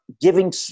giving